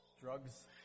drugs